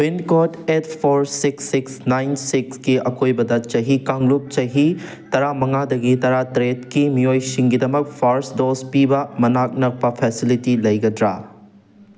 pincode eight four six six nine six ꯀꯤ ꯑꯀꯣꯏꯕꯗ ꯆꯍꯤ ꯀꯥꯡꯂꯨꯞ ꯆꯍꯤ ꯇꯔꯥ ꯃꯉꯥꯗꯒꯤ ꯇꯔꯥ ꯇꯔꯦꯠꯀꯤ ꯃꯤꯑꯣꯏꯁꯤꯡꯒꯤꯗꯝꯛ ꯐꯥꯔꯁ ꯗꯣꯁ ꯄꯤꯕ ꯃꯅꯥꯛ ꯅꯛꯄ ꯐꯦꯁꯤꯂꯤꯇꯤ ꯂꯩꯒꯗ꯭ꯔꯥ